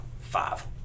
five